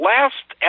Last